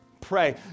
Pray